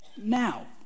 Now